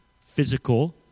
physical